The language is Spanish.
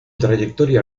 trayectoria